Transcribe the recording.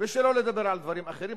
ושלא לדבר על דברים אחרים,